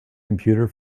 computer